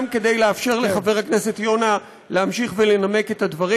גם כדי לאפשר לחבר הכנסת יונה להמשיך ולנמק את הדברים,